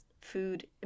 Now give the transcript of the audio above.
food